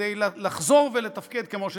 כדי לחזור לתפקד כמו שצריך.